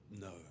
No